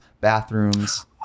bathrooms